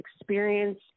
experience